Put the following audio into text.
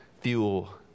fuel